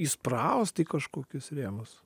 įspraust į kažkokius rėmus